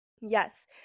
yes